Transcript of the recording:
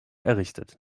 errichtet